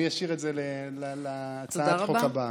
אני אשאיר את זה להצעת החוק הבאה.